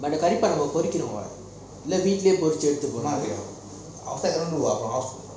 அந்த காரியத் பொறிக்கணுமா இல்ல வீட்டுலயே பொறிச்சி எடுக்கவா:antha kaarieh porikanuma illa veetulayae porichi yeaduthukava